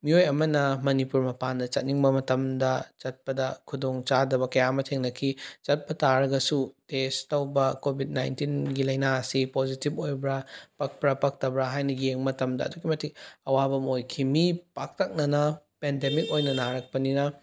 ꯃꯤꯑꯣꯏ ꯑꯃꯅ ꯃꯅꯤꯄꯨꯔꯒꯤ ꯃꯄꯥꯟꯗ ꯆꯠꯅꯤꯡꯕ ꯃꯇꯝꯗ ꯆꯠꯄꯗ ꯈꯨꯗꯣꯡ ꯆꯥꯗꯕ ꯀꯌꯥ ꯑꯃ ꯊꯦꯡꯅꯈꯤ ꯆꯠꯄ ꯇꯥꯔꯒꯁꯨ ꯇꯦꯁ ꯇꯧꯕ ꯀꯣꯕꯤꯠ ꯅꯥꯏꯟꯇꯤꯟꯒꯤ ꯂꯩꯅꯥ ꯑꯁꯤ ꯄꯣꯖꯤꯇꯤꯚ ꯑꯣꯏꯕ꯭ꯔ ꯄꯛꯄ꯭ꯔ ꯄꯛꯇꯕ꯭ꯔ ꯍꯥꯏꯅ ꯌꯦꯡꯕ ꯃꯇꯝꯗ ꯑꯗꯨꯛꯀꯤ ꯃꯇꯤꯛ ꯑꯋꯥꯕ ꯑꯃ ꯑꯣꯏꯈꯤ ꯃꯤ ꯄꯥꯛꯇꯛꯅꯅ ꯄꯦꯟꯗꯦꯃꯤꯛ ꯑꯣꯏꯅ ꯅꯥꯔꯛꯄꯅꯤꯅ